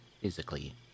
physically